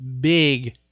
big